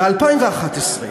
ב-2011,